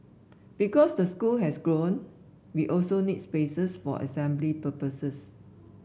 because the school has grown we also need spaces for assembly purposes